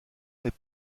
n’est